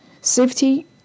safety